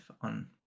on